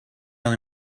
only